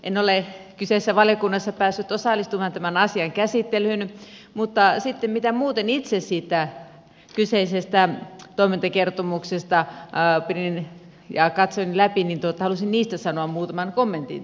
en ole kyseisessä valiokunnassa päässyt osallistumaan tämän asian käsittelyyn mutta sitten siitä mitä muuten itse siitä kyseisestä toimintakertomuksesta pidin ja katsoin läpi halusin sanoa muutaman kommentin tässä